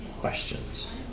questions